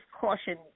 caution